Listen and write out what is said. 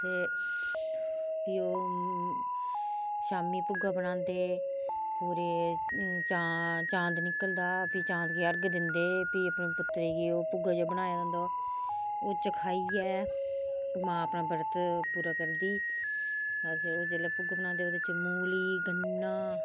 ते फ्ही ओह् शामी भुग्गा बनांदे पूरा चांद निकलदा फ्ही चांद गी अर्घ दिंदे फ्ही अपने पुत्तरै गी भुग्गा जेहड़ा बनाए दा होंदा ओह् चखाइयै मां अपना बर्त पूरा करदी अस जिसलै भुग्गू बनांदे उस च मुली गन्ना